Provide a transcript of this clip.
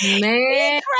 Man